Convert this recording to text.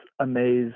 amazed